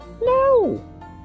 no